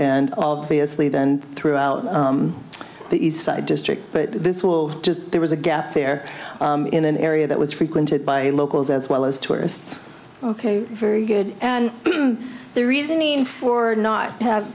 and obviously then throughout the district but this will just there was a gap there in an area that was frequented by locals as well as tourists ok very good and their reasoning for not have